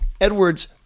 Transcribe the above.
Edwards